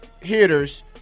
hitters